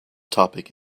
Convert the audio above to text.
topic